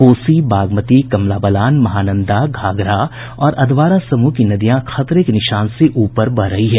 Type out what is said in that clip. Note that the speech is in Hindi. कोसी बागमती कमला बलान महानंदा घाघरा और अधवारा समूह की नदियां खतरे के निशान से ऊपर बह रही है